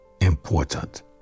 important